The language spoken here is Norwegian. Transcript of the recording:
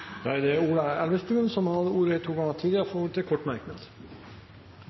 Ola Elvestuen har hatt ordet to ganger tidligere og får ordet til en kort merknad,